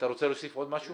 רוצה להוסיף עוד משהו?